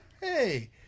hey